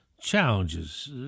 challenges